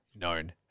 known